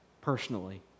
Personally